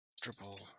triple